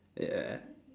ya